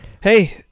Hey –